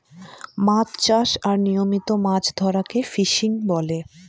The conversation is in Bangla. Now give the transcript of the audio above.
মাছ চাষ আর নিয়মিত মাছ ধরাকে ফিসিং বলে